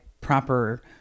proper